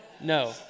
No